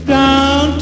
down